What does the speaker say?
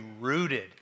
rooted